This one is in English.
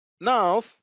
Now